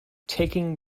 taking